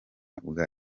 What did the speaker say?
bwa